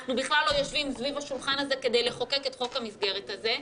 אנחנו בכלל לא יושבים סביב השולחן הזה כדי לחוקק את חוק המסגרת הזה,